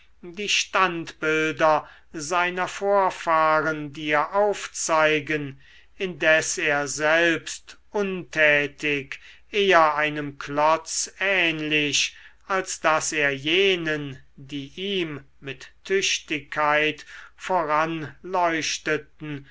die standbilder seiner vorfahren dir aufzeigen indes er selbst untätig eher einem klotz ähnlich als daß er jenen die ihm mit tüchtigkeit voranleuchteten